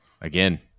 again